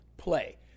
play